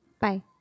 Bye